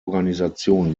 organisation